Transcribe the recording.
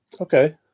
Okay